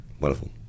Wonderful